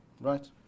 right